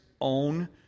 own